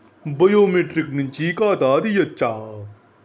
Biometric నుంచి ఖాతా తీయచ్చా?